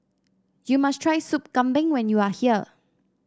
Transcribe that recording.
you must try Soup Kambing when you are here